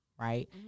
Right